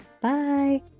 Bye